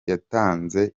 yatanze